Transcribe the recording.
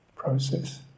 process